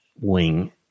wing